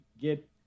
get